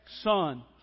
son